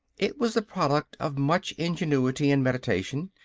it was the product of much ingenuity and meditation.